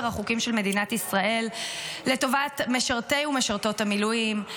החוקים של מדינת ישראל לטובת משרתי ומשרתות המילואים,